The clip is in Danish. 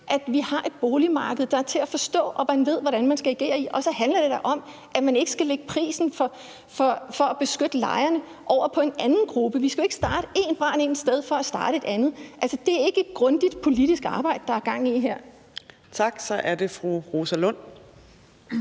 at vi har et boligmarked, der er til at forstå, og som man ved hvordan man skal agere i. Og så handler det da om, at man ikke skal lægge prisen for at beskytte lejerne over på en anden gruppe. Vi skal ikke slukke én brand et sted for at starte en anden. Altså, det er ikke et grundigt politisk arbejde, der er gang i her. Kl. 15:38 Fjerde næstformand